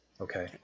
Okay